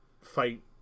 fight